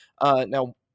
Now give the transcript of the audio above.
Now